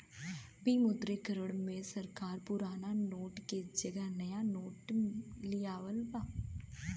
विमुद्रीकरण में सरकार पुराना नोट के जगह नया नोट लियावला